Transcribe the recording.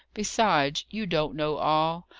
besides, you don't know all.